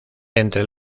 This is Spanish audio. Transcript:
entre